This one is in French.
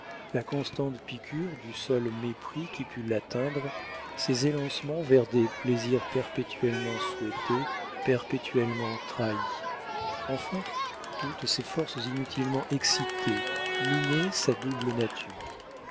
la constante piqûre du seul mépris qui pût l'atteindre ses élancements vers des plaisirs perpétuellement souhaités perpétuellement trahis enfin toutes ses forces inutilement excitées minaient sa double nature